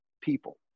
people